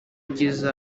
bugeze